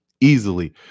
easily